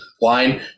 line